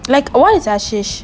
like always ashey